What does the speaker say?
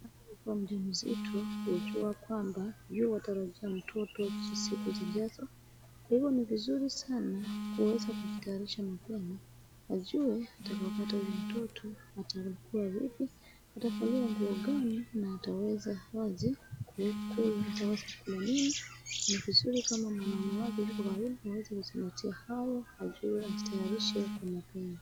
Wakati unapokuwa mjamzito, hujua kwamba, yuwatarajia mtoto siku zijazo. Kwa hivyo ni vizuri sana kuweza kujitayarisha mapema. wajue watakavyopata huyu mtoto, atakuwa vipi, atavalia nguo gani na ataweza kula nini. Ni vizuri kama mwanaume wake yuko karibu aweze kuzingatia hayo akiwa ajitayarishe kwa mapema.